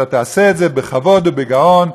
אתה תעשה את זה בכבוד ובגאון.